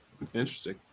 Interesting